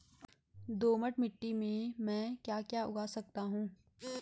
दोमट मिट्टी में म ैं क्या क्या उगा सकता हूँ?